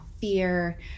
fear